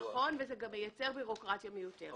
נכון, וזה גם מייצר בירוקרטיה מיותרת.